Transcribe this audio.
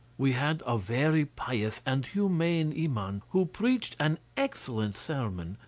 we had a very pious and humane iman, who preached an excellent sermon,